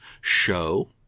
show